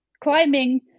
climbing